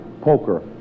poker